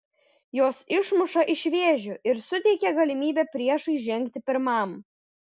jos išmuša iš vėžių ir suteikia galimybę priešui žengti pirmam